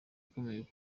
ukomeye